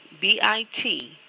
B-I-T